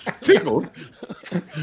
Tickled